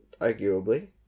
arguably